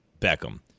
Beckham